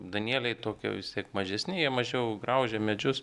danieliai tokie vis tiek mažesni jie mažiau graužia medžius